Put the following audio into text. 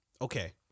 okay